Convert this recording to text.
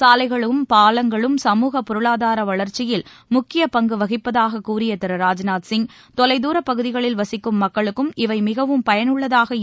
சாலைகளும் பாலங்களும் சமூக பொருளாதார வளர்ச்சியில் முக்கியப் பங்கு வகிப்பதாக கூறிய ராஜ்நாத் சிங் தொலைதூரப்பகுதிகளில் வசிக்கும் மக்களுக்கும் இவை மிகவும் பயனுள்ளதாக திரு